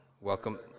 Welcome